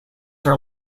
are